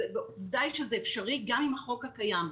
ועובדה היא שזה אפשרי גם עם החוק הקיים.